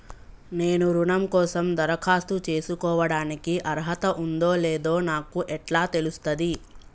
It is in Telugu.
నేను రుణం కోసం దరఖాస్తు చేసుకోవడానికి అర్హత ఉందో లేదో నాకు ఎట్లా తెలుస్తది?